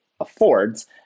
affords